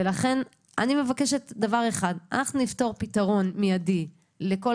ולכן אני מבקשת דבר אחד: אנחנו ניתן פתרון מיידי לכל